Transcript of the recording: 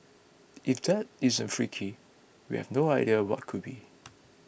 if that isn't freaky we have no idea what could be